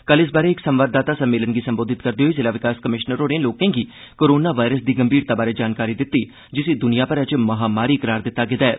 कल इस बारै इक संवाददाता सम्मेलन गी संबोधित करदे होई जिला विकास कमिशनर होरें लोकें गी कोरोना वायरस दी गंभीरता बारै जानकारी दित्ती जिसी दुनिया भरै च महामारी करार दित्ता गेदा ऐ